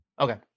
Okay